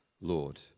Lord